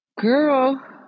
Girl